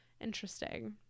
Interesting